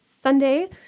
Sunday